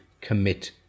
commit